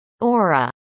aura